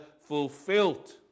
fulfilled